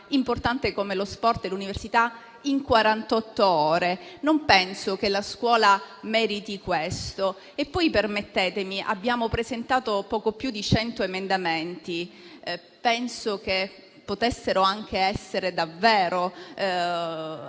importanti come lo sport e l'università in quarantott'ore? Non penso che la scuola meriti questo. E poi, permettetemelo: abbiamo presentato poco più di 100 emendamenti che penso davvero potessero anche essere affrontati